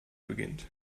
beginnt